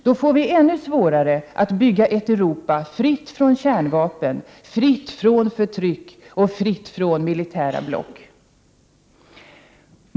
Då får vi ännu svårare att bygga upp ett Europa fritt från kärnvapen, fritt från förtryck och fritt från militära block!